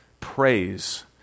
praise